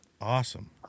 awesome